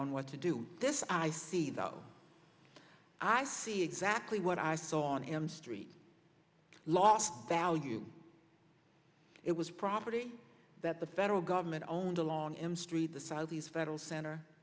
on what to do this i see though i see exactly what i saw on m street last value it was property that the federal government owned along m street the saudis federal center